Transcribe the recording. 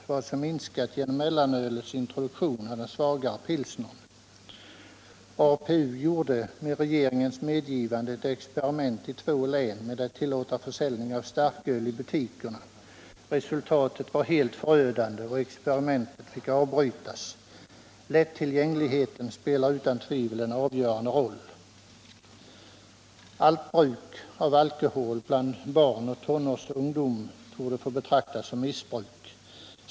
Vad som har minskat genom mellanölets introduktion är bruket av den svagare pilsnern. APU gjorde med regeringens medgivande ett experiment i två län, där man tillät försäljning av starköl i butiker. Resultatet blev helt förödande och experimentet fick avbrytas. Lättillgängligheten spelar utan tvivel en av görande roll. Allt bruk av alkohol bland barn och tonårsungdom torde få betraktas som missbruk.